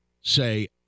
say